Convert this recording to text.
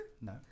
no